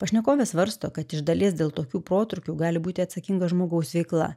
pašnekovė svarsto kad iš dalies dėl tokių protrūkių gali būti atsakinga žmogaus veikla